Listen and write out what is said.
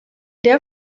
der